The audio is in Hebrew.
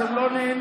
אתם לא נהנים?